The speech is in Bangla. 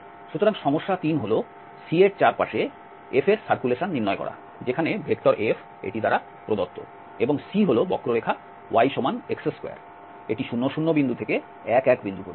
সুতরাং সমস্যা 3 হল C এর চারপাশে F এর সার্কুলেশন নির্ণয় করা যেখানে F এটি দ্বারা প্রদত্ত এবং C হল বক্ররেখা yx2 00 থেকে 11 পর্যন্ত